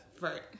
Right